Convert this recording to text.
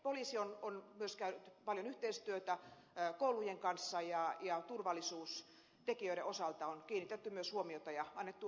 poliisi on myös käynyt paljon yhteistyötä koulujen kanssa ja turvallisuustekijöiden osalta on kiinnitetty myös huomiota ja annettu ohjeistuksia